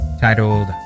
titled